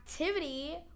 activity